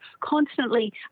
constantly